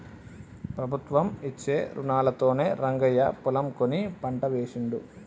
ప్రభుత్వం ఇచ్చే రుణాలతోనే రంగయ్య పొలం కొని పంట వేశిండు